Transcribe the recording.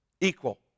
Equal